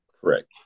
Correct